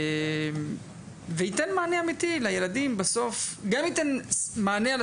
וגם ייתן מענה אמתי לילדים.